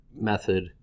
method